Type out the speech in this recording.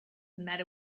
matter